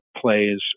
plays